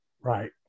right